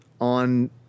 on